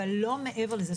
אבל לא מעבר לזה.